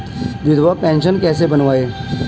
विधवा पेंशन कैसे बनवायें?